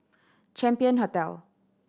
Champion Hotel